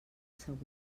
segur